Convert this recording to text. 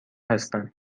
هستن